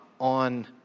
on